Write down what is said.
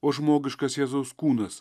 o žmogiškas jėzaus kūnas